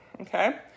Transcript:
okay